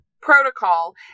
protocol